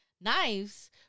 knives